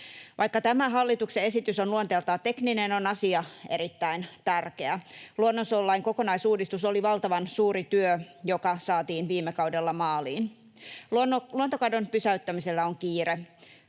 Vaikka tämä hallituksen esitys on luonteeltaan tekninen, on asia erittäin tärkeä. Luonnonsuojelulain kokonaisuudistus, joka saatiin viime kaudella maaliin, oli valtavan suuri työ. Luontokadon pysäyttämisellä on kiire.